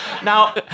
Now